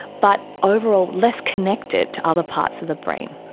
but overall less connected to other parts of the brain.